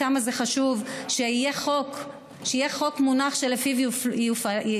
כמה זה חשוב שיהיה מונח חוק שלפיו יפעלו.